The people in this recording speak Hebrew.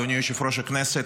אדוני יושב-ראש הכנסת,